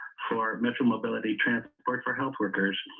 for metro mobility transport for health workers,